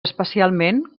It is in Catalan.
especialment